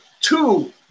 two